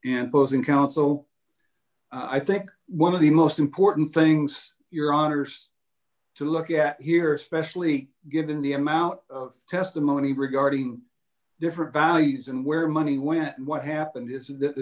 council i think one of the most important things your honour's to look at here especially given the amount of testimony regarding different values and where money went and what happened is that the